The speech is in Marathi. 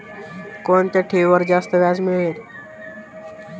कोणत्या ठेवीवर जास्त व्याज मिळेल?